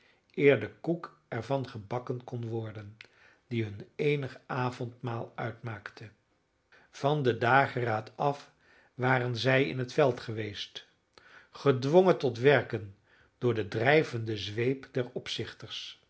de koek er van gebakken kon worden die hun eenig avondmaal uitmaakte van den dageraad af waren zij in het veld geweest gedwongen tot werken door de drijvende zweep der opzichters